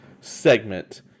segment